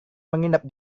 menginap